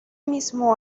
mismo